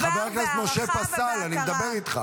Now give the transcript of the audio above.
חבר הכנסת משה פסל, אני מדבר איתך.